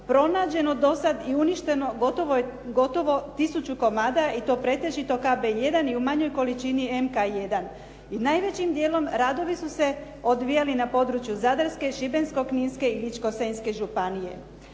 Pronađeno je i gotovo uništeno tisuću komada i to pretežito KB I i u manjoj količini MK I. I najvećim dijelom radovi su se odvijali na području Zadarske, Šibensko-kninske i Ličko-senjske županije.